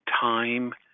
time